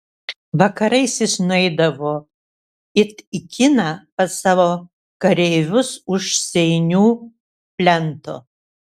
vakarais jis nueidavo it į kiną pas savo kareivius už seinų plento